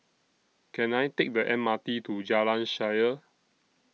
Can I Take The M R T to Jalan Shaer